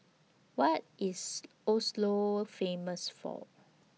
What IS Oslo Famous For